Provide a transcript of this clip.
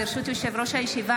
ברשות יושב-ראש הישיבה,